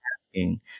asking